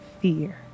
fear